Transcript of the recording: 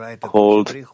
called